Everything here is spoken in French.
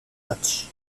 match